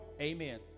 Amen